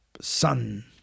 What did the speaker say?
son